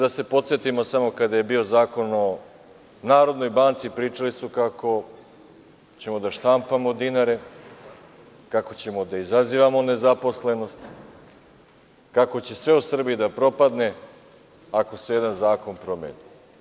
Da se podsetimo samo kada je bio Zakon o Narodnoj banci, pričali su kako ćemo da štampamo dinare, kako ćemo da izazivamo nezaposlenost, kako će sve u Srbiji da propadne ako se jedan zakon promeni.